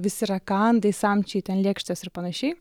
visi rakandai samčiai ten lėkštės ir panašiai